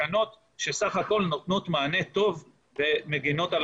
תקנות שבסך הכול נותנות מענה טוב ומגינות על